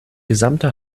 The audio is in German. gesamte